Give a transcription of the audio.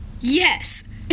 Yes